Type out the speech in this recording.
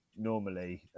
normally